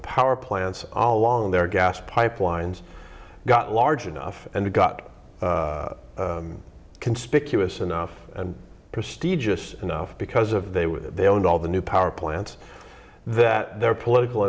power plants along their gas pipelines got large enough and got conspicuous enough and prestigious enough because of they were they owned all the new power plants that their political